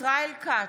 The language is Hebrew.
ישראל כץ,